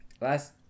last